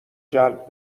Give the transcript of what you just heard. جلب